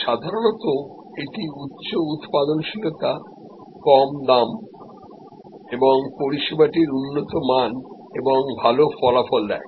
অবশ্যই এটি কম খরচায় বেশি প্রডাক্টিভিটি এবং পরিষেবার ভাল কোয়ালিটি এবং ফলাফল দেয়